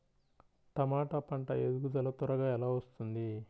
టమాట పంట ఎదుగుదల త్వరగా ఎలా వస్తుంది?